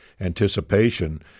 Anticipation